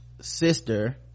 sister